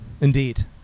indeed